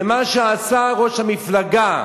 ומה שעשה ראש המפלגה,